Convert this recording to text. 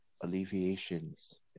alleviations